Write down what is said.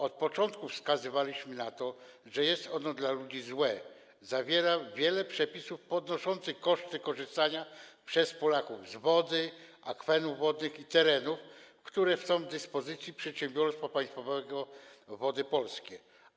Od początku wskazywaliśmy na to, że jest ono dla ludzi złe, zawiera wiele przepisów podnoszących koszty korzystania przez Polaków z wody, akwenów wodnych i terenów, które są w dyspozycji przedsiębiorstwa państwowego Wody Polskie.